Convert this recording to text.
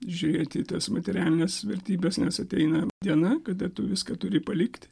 žiūrėti į tas materialines vertybes nes ateina diena kada tu viską turi palikti